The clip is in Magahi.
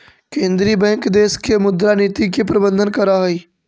केंद्रीय बैंक देश के मुद्रा नीति के प्रबंधन करऽ हइ